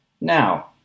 Now